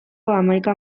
hamaika